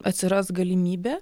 atsiras galimybė